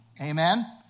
Amen